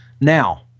now